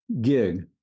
gig